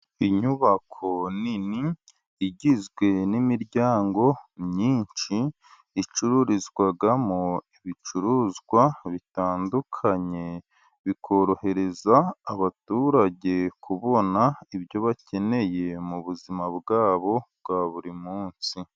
Inyubako nini igizwe n'imiryango myinshi icururizwamo ibicuruzwa bitandukanye, bikorohereza abaturage kubona ibyo bakeneye mu buzima bwabo bwa buri munsi.